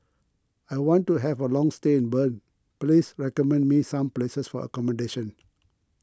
I want to have a long stay in Bern please recommend me some places for accommodation